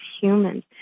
humans